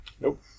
Nope